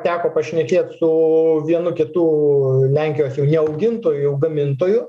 teko pašnekėt su vienu kitųu lenkijos augintoju gamintoju